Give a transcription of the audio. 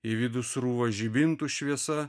į vidų srūva žibintų šviesa